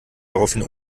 daraufhin